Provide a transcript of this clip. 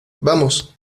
vamos